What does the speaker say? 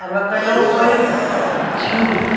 avocado oil jute